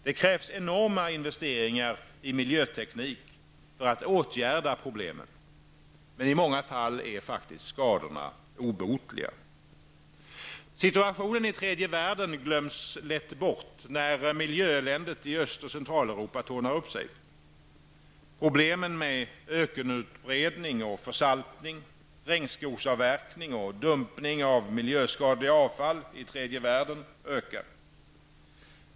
Det krävs enorma investeringar i miljöteknik för att åtgärda problemen. Men i många fall är skadorna obotliga. Situationen i tredje världen glöms lätt bort, när miljöeländet i Öst och Centraleuropa tornar upp sig. Problemen med ökenutredning och försaltning, regnskogsavverkning och dumpning av miljöskadliga avfall i tredje världen ökar.